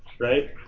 right